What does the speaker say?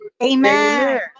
Amen